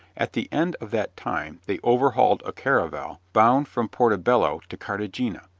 at the end of that time they overhauled a caravel bound from porto bello to cartagena,